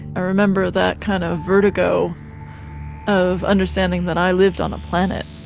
i remember that kind of vertigo of understanding that i lived on a planet.